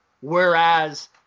whereas